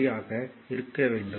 3 ஆக இருக்க வேண்டும்